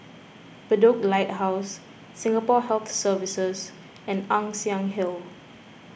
Bedok Lighthouse Singapore Health Services and Ann Siang Hill